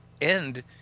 end